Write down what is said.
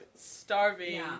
starving